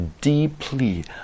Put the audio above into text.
deeply